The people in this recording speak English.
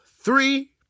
three